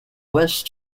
west